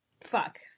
fuck